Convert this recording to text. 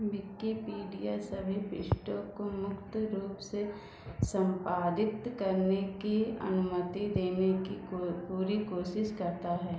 Wikipedia सभी पृष्ठों को मुक्त रूप से संपादित करने की अनुमति देने की पूरी कोशिश करता है